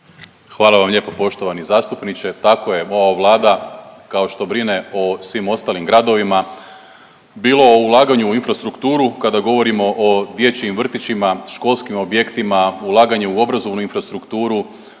Hvala vam lijepo poštovani zastupniče. Tako je, ova Vlada kao što brine o svim ostalim gradovima, bilo o ulaganju u infrastrukturu kada govorimo o dječjim vrtićima, školskim objektima, ulaganje u obrazovnu infrastrukturu,